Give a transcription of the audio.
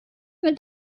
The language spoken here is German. mit